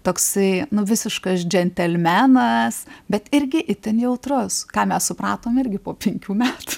toksai nu visiškas džentelmenas bet irgi itin jautrus ką mes supratom irgi po penkių metų